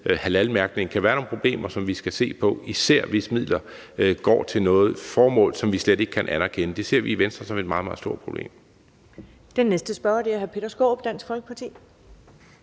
halalmærkning kan være nogle problemer, som vi skal se på, især hvis midler går til et formål, som vi slet ikke kan anerkende. Det ser vi i Venstre som et meget, meget stort problem. Kl. 11:41 Første næstformand (Karen